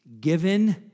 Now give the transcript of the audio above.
given